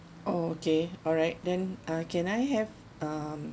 oh okay alright then uh can I have um